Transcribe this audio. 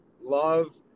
love